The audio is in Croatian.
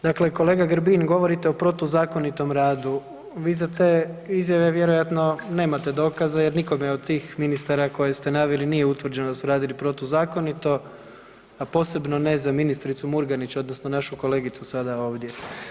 Dakle, kolega Grbin govorite o protuzakonitom radu, vi za te izjave vjerojatno nemate dokaze jer nikome od tih ministara koje ste naveli nije utvrđeno da su radili protuzakonito, a posebno ne za ministricu Murganić odnosno našu kolegicu sada ovdje.